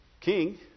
king